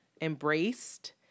embraced